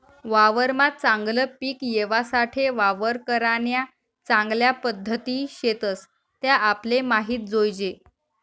वावरमा चागलं पिक येवासाठे वावर करान्या चांगल्या पध्दती शेतस त्या आपले माहित जोयजे